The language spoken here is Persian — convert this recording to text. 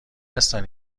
هستن